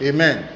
Amen